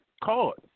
card